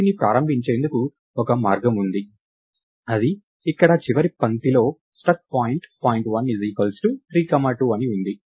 దీన్ని ప్రారంభించేందుకు ఒక మార్గం ఉంది అది ఇక్కడ చివరి పంక్తిలో struct point point1 3 2 అని ఉంది